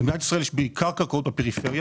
למדינת ישראל יש בעיקר קרקעות לשכירות בפריפריה,